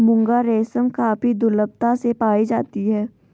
मुगा रेशम काफी दुर्लभता से पाई जाती है